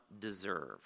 deserve